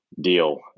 deal